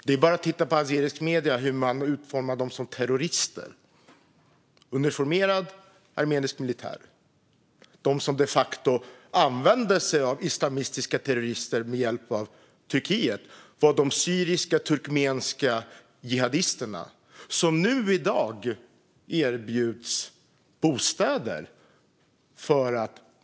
Det är bara att titta på azeriska medier för att se hur man utmålar uniformerad armenisk militär som terrorister. De som de facto och med hjälp av Turkiet använde sig av islamistiska terrorister var de syriska turkmenska jihadisterna, som i dag erbjuds bostäder.